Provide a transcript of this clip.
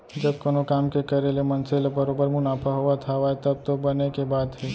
जब कोनो काम के करे ले मनसे ल बरोबर मुनाफा होवत हावय तब तो बने के बात हे